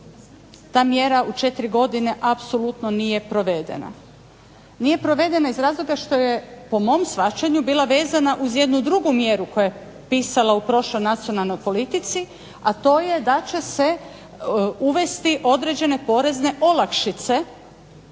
ta mjera u 4 godine apsolutno nije provedena. Nije provedena iz razloga što je po mom shvaćanju bila vezana uz jednu drugu mjeru koja je pisala u prošloj nacionalnoj politici a to je da će se uvesti određene porezne olakšice